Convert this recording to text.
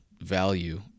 value